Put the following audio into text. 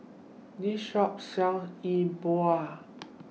This Shop sells Yi Bua